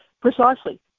precisely